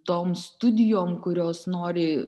tom studijom kurios nori